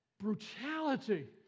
Brutality